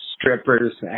strippers